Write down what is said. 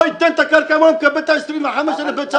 לא ייתן את הקרקע אם הוא לא מקבל את 25,000 ביצים.